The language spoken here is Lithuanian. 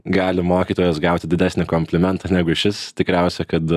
gali mokytojas gauti didesnį komplimentą negu šis tikriausia kad